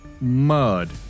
Mud